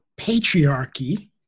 patriarchy